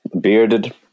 bearded